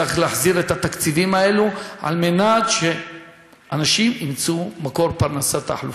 צריך להחזיר את התקציבים הללו כדי שאנשים ימצאו מקור פרנסה חלופי.